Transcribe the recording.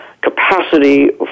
capacity